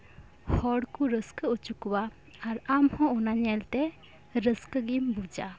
ᱦᱚᱲ ᱠᱚ ᱨᱟᱹᱥᱠᱟᱹ ᱚᱪᱚ ᱠᱚᱣᱟ ᱟᱨ ᱟᱢ ᱦᱚᱸ ᱚᱱᱟ ᱧᱮᱞ ᱛᱮ ᱨᱟᱹᱥᱠᱟᱹ ᱜᱮᱢ ᱵᱩᱡᱟ